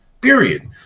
period